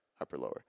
upper-lower